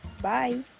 Bye